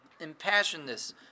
impassionedness